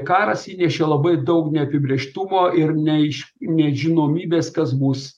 karas įnešė labai daug neapibrėžtumo ir ne iš nežinomybės kas bus